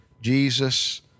Jesus